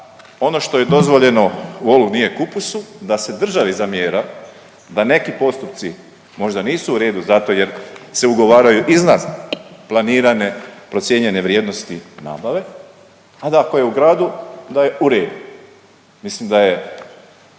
ono što je dozvoljeno volu nije kupusu, da se državi zamjera da neki postupci možda nisu u redu zato jer se ugovaraju iznad planirane procijenjene vrijednosti nabave, a da ako je u gradu da je u redu. Mislim da je